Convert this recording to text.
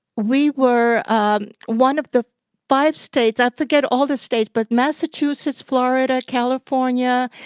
we were um one of the five states i forget all the states, but massachusetts, florida, california,